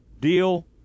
deal